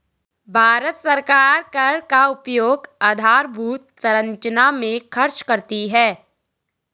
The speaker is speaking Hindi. भारत सरकार कर का उपयोग आधारभूत संरचना में खर्च करती है